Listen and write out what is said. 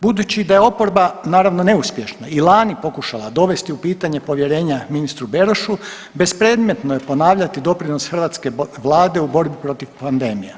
Budući da je oporba naravno neuspješna i lani pokušala dovesti u pitanje povjerenje ministru Berošu bespredmetno je ponavljati doprinos hrvatske vlade u borbi protiv pandemije.